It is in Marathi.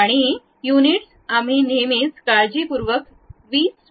आणि युनिट्स आम्ही नेहमीच काळजीपूर्वक 20 मि